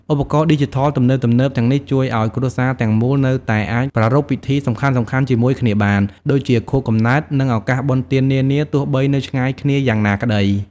ឧបករណ៍ឌីជីថលទំនើបៗទាំងនេះជួយឱ្យគ្រួសារទាំងមូលនៅតែអាចប្រារព្ធពិធីសំខាន់ៗជាមួយគ្នាបាន ដូចជាខួបកំណើត និងឱកាសបុណ្យទាននានា ទោះបីនៅឆ្ងាយគ្នាយ៉ាងណាក្ដី។